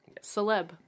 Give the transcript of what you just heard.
Celeb